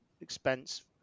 expense